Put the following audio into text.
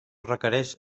requereix